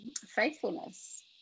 faithfulness